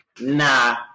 Nah